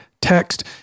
text